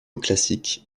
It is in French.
classique